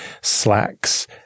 Slacks